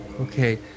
okay